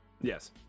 Yes